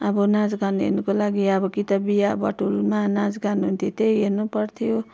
अब नाचगान हेर्नको लागि अब कि त बिहाबटुलमा नाचगान हुन्थ्यो त्यही हेर्नु पर्थ्यो